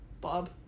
Bob